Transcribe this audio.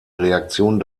reaktion